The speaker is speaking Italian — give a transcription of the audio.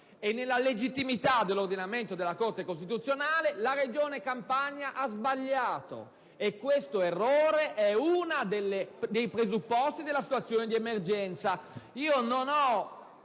e nella legittimità dell'ordinamento garantito dalla Corte Costituzionale, la Regione Campania ha sbagliato, e questo errore è uno dei presupposti della situazione di emergenza.